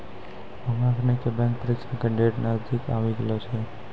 हमरा सनी के बैंक परीक्षा के डेट नजदीक आवी गेलो छै